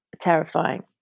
terrifying